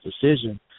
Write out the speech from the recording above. decision